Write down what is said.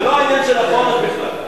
זה לא העניין של החורף בכלל.